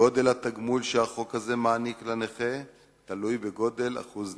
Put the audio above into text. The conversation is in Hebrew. גודל התגמול שהחוק הזה מעניק לנכה תלוי בגודל אחוז הנכות,